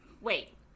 wait